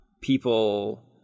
people